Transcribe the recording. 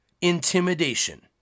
intimidation